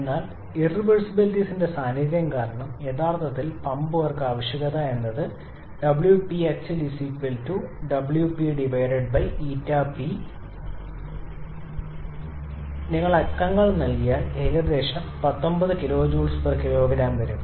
എന്നാൽ ഇർറിവേഴ്സിബിലിറ്റീസ്ന്റെ സാന്നിധ്യം കാരണം യഥാർത്ഥത്തിൽ പമ്പ് വർക്ക് ആവശ്യകത ഇതായിരിക്കും 𝑊𝑃𝑎𝑐𝑡𝑢𝑎𝑙 𝑊𝑃 𝜂𝑃 bനിങ്ങൾ അക്കങ്ങൾ നൽകിയാൽ ഇത് ഏകദേശം 19 kJ kg വരും